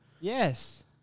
Yes